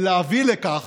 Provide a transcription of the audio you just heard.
משתפת פעולה